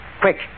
Quick